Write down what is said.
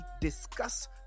discuss